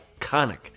iconic